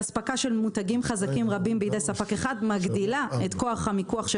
אספקה של מותגים חזקים רבים בידי ספק אחד מגדילה את כוח המיקוח של